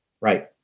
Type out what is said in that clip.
Right